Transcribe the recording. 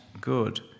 good